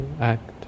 act